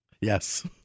Yes